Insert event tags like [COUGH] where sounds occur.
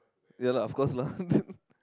ya lah of course lah [LAUGHS] then